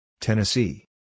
Tennessee